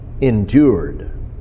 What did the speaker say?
endured